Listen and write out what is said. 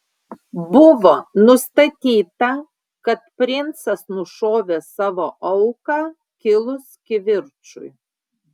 buvo nustatyta kad princas nušovė savo auką kilus kivirčui